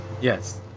Yes